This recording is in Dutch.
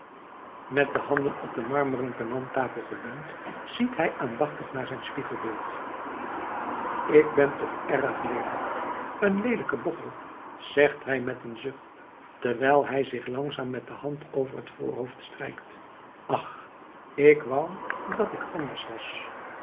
met de handen op de marmeren penanttafel geleund ziet hij aandachtig naar zijn spiegelbeeld k ben toch erg leelijk een leelijke bochel zegt hij met een zucht terwijl hij zich langzaam met de hand over het voorhoofd strijkt ach ik wou dat ik anders was